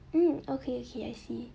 hmm okay okay I see